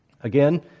Again